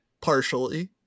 Partially